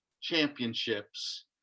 championships